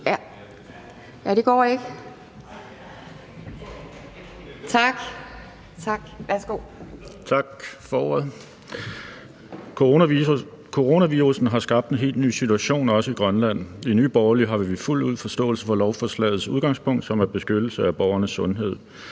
Coronavirussen har skabt en helt ny situation også i Grønland. I Nye Borgerlige har vi fuldt ud forståelse for lovforslagets udgangspunkt, som er beskyttelse af borgernes sundhed.